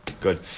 Good